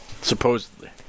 Supposedly